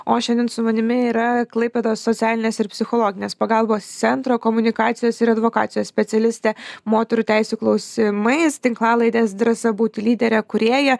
o šiandien su manimi yra klaipėdos socialinės ir psichologinės pagalbos centro komunikacijos ir advokacijos specialistė moterų teisių klausimais tinklalaidės drąsa būti lydere kūrėja